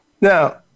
now